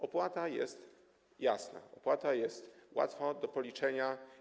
Opłata jest jasna, opłata jest łatwa do policzenia.